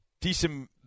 decent